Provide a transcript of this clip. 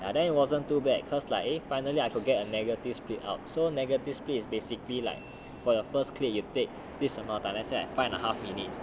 ya then it wasn't too bad cause like eh finally I could get a negative split up so negative split is basically like for your first click you take this amount of time like say I five and a half minute